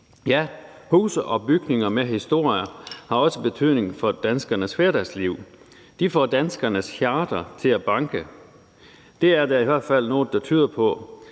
og huse og bygninger med historier har også betydning for danskernes hverdagsliv. De får danskernes hjerter til at banke. Det er der i hvert fald noget der tyder på.